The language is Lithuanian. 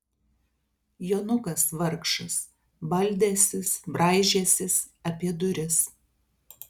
jonukas vargšas baldęsis braižęsis apie duris